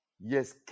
yes